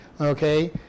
okay